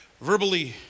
verbally